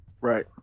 Right